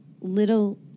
little